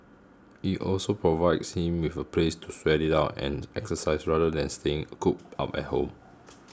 it also provides him with a place to sweat it out and exercise rather than staying cooped up at home